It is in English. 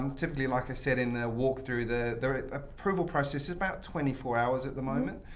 um typically like i said in the walkthrough, the the approval process is about twenty four hours at the moment.